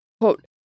Quote